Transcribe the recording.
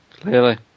Clearly